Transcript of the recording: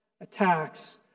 Attacks